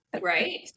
Right